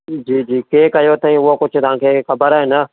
जी जी कंहिं कयो अथईं उहो कुझु तव्हांखे ख़बरु आहे न